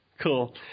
Cool